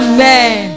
Amen